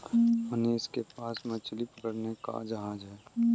मनीष के पास मछली पकड़ने का जहाज है